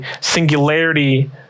singularity